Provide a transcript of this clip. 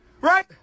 Right